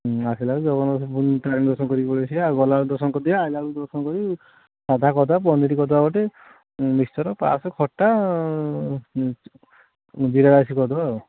ଆସିଲା ବେଳକୁ ଜଗନ୍ନାଥ ପୁରୀ ତାରିଣୀ ଦର୍ଶନ କରିକି ପଳେଇ ଆସିବା ଗଲାବେଳକୁ ଦର୍ଶନ କରିଦେବା ଆସିଲା ବେଳକୁ ଦର୍ଶନ କରି ସାଧା କରି ଦେବା ପନିର କରି ଦେବା ଗୋଟେ ମିକ୍ସଚର ପାଏସ୍ ଖଟା ଜିରା ରାଇସ୍ କରି ଦେବା